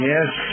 yes